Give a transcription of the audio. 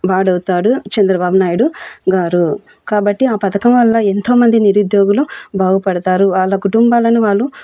వాడవుతాడు చంద్రబాబు నాయుడు గారు కాబట్టి ఆ పథకం వల్ల ఎంతోమంది నిరుద్యోగులు బాగుపడతారు వాళ్ళ కుటుంబాలను వాళ్ళు